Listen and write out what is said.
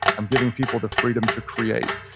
i'm giving people the freedom to create.